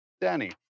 Danny